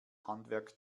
handwerk